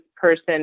person